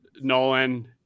Nolan